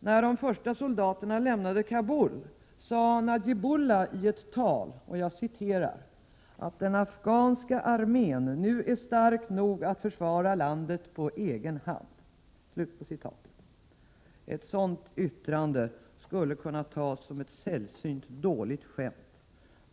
när de första soldaterna lämnade Kabul, sade Najibullah i ett tal att ”den afghanska armén nu är stark nog att försvara landet på egen hand”. Ett sådant yttrande skulle kunna tas som ett sällsynt dåligt skämt.